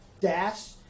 Dash